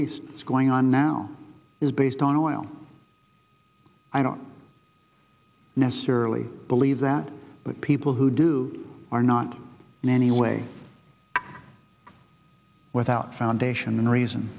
east is going on now is based on oil i don't necessarily believe that but people who do are not in any way without foundation and reason